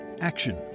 action